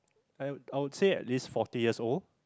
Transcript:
I I would say at least forty years old